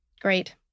Great